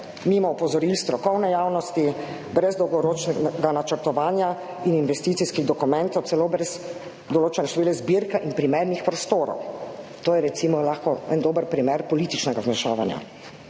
mimo opozoril strokovne javnosti, brez dolgoročnega načrtovanja in investicijskih dokumentov, celo brez določene številne zbirke in primernih prostorov. To je recimo lahko en dober primer političnega vmešavanja.